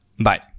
Bye